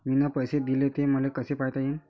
मिन पैसे देले, ते मले कसे पायता येईन?